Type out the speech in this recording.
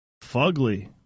fugly